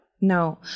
no